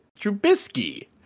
trubisky